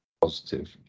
positive